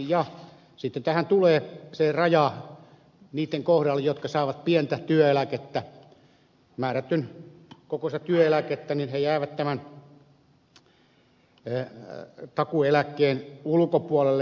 sitten tähän tulee se raja niitten kohdalle jotka saavat pientä määrätyn kokoista työeläkettä jolloin he jäävät tämän takuueläkkeen ulkopuolelle